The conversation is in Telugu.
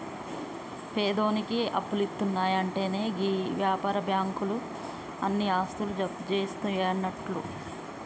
పేదోనికి అప్పులిత్తున్నయంటెనే గీ వ్యాపార బాకుంలు ఆని ఆస్తులు జప్తుజేస్తయన్నట్లు